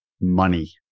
money